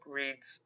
reads